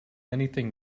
anything